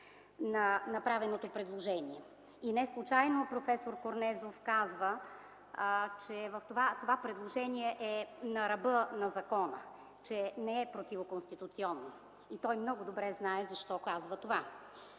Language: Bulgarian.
на направеното предложение. И не случайно проф. Корнезов казва, че това предложение е на ръба на закона, че не е противоконституционно. И той много добре знае защо казва това.